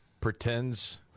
pretends